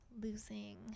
losing